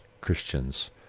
Christians